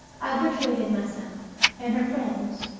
i obliterated myself, and her friends,